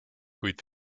kuid